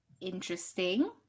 Interesting